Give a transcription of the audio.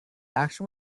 action